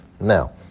Now